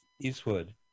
eastwood